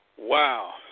Wow